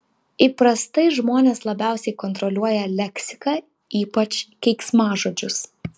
įprastai žmonės labiausiai kontroliuoja leksiką ypač keiksmažodžius